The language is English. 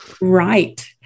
Right